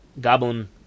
Goblin